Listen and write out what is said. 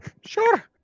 Sure